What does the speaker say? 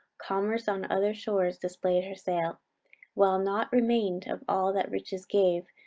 commerce on other shores display'd her sail while naught remain'd of all that riches gave,